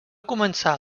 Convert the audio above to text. començar